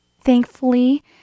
Thankfully